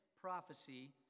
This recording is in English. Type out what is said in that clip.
prophecy